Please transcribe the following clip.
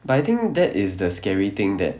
but I think that is the scary thing that